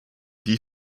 die